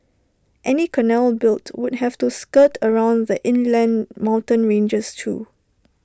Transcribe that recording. any canal built would have to skirt around the inland mountain ranges too